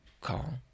call